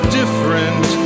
different